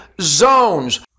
zones